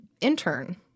intern